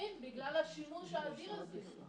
אין לכם מושג איזה הרס תרבותי אתם גורמים.